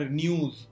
news